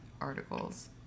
articles